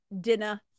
dinner